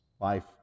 Life